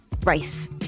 race